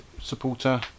supporter